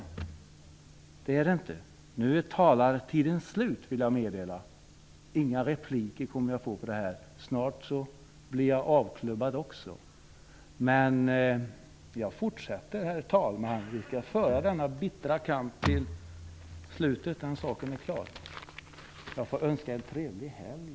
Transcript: Nej, det är det inte. Nu är talartiden slut, vill jag meddela. Det kommer inte att bli några repliker på mitt anförande. Snart kommer jag också att bli avklubbad av talmannen. Men jag fortsätter. Vi skall föra denna bittra kamp, herr talman, till slutet. Den saken är klar. Jag får önska en trevlig helg.